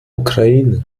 ukraine